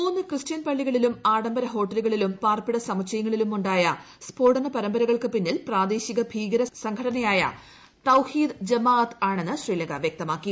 മൂന്ന് ക്രിസ്ത്യൻ പള്ളികളിലും ആഡംബര ഹോട്ടലുകളിലും പാർപ്പിട സമുച്ചയങ്ങളിലുമായുമുണ്ടായ സ്ഫോടന പരമ്പരകൾക്ക് പിന്നിൽ പ്രാദേശിക ഭീകരസംഘടനമായ തൌഹീദ് ജമാ അത്ത് ആണെന്ന് ശ്രീലങ്ക വ്യക്തമാക്കി